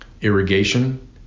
Irrigation